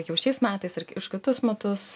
jau šiais metais ir už kitus metus